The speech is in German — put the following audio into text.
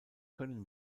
können